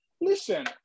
listen